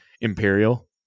Imperial